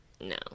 No